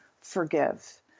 forgive